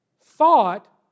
thought